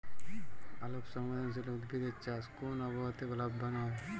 আলোক সংবেদশীল উদ্ভিদ এর চাষ কোন আবহাওয়াতে লাভবান হয়?